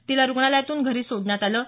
तिला रूग्णालयातून घरी सोडण्यात आलं आहे